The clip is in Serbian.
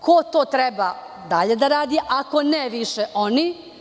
Ko to treba dalje da radi, ako ne više oni?